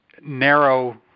narrow